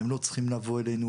הם לא צריכים לבוא אלינו,